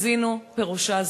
קזינו פירושו זנות.